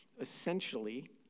Essentially